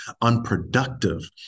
unproductive